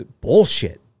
bullshit